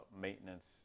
maintenance